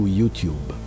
youtube